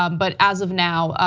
um but as of now,